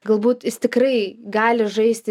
galbūt jis tikrai gali žaisti